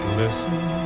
listen